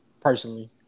personally